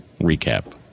recap